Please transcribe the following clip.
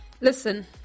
Listen